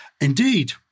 Indeed